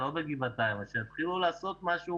לא בגבעתיים אבל שיתחילו לעשות משהו